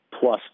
plus